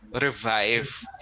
revive